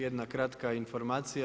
Jedna kratka informacija.